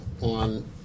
on